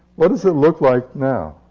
what does it look like now?